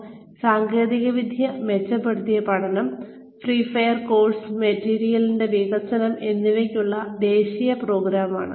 ഇത് സാങ്കേതികവിദ്യ മെച്ചപ്പെടുത്തിയ പഠനം ഫ്രീവെയർ കോഴ്സ് മെറ്റീരിയലിന്റെ വികസനം എന്നിവക്കുള്ള ദേശീയ പ്രോഗ്രാം ആണ്